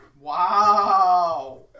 Wow